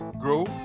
grow